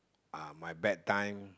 uh my bad time